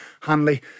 Hanley